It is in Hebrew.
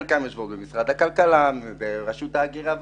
חלקן יושבות במשרד הכלכלה חלקן ברשות ההגירה והאוכלוסין,